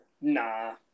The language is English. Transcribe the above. nah